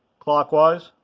clockwise.